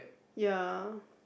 ya